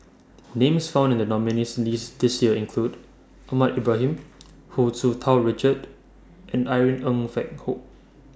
Names found in The nominees' list This Year include Ahmad Ibrahim Hu Tsu Tau Richard and Irene Ng Phek Hoong